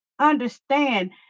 Understand